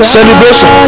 Celebration